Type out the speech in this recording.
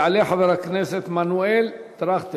יעלה חבר הכנסת מנואל טרכטנברג,